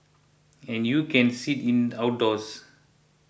and you can sit in outdoors